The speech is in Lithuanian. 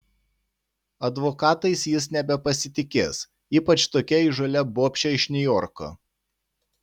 advokatais jis nebepasitikės ypač tokia įžūlia bobše iš niujorko